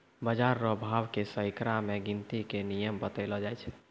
बाजार रो भाव के सैकड़ा मे गिनती के नियम बतैलो जाय छै